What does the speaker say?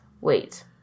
Wait